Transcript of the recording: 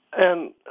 and